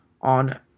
on